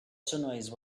sunrise